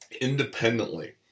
independently